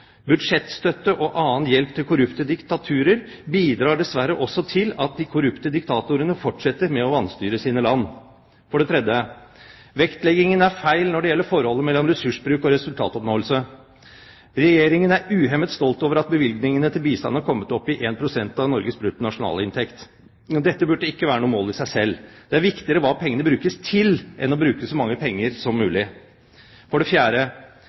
Budsjettstøtte og annen hjelp til korrupte diktaturer bidrar dessverre også til at de korrupte diktatorene fortsetter med å vanstyre sine land. For det tredje: Vektleggingen er feil når det gjelder forholdet mellom ressursbruk og resultatoppnåelse. Regjeringen er uhemmet stolt over at bevilgningene til bistand har kommet opp i 1 pst. av Norges bruttonasjonalinntekt. Dette burde ikke være noe mål i seg selv. Det er viktigere hva pengene brukes til, enn å bruke så mange penger som mulig. For det fjerde: